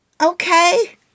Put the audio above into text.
okay